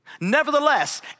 Nevertheless